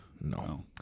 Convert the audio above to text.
no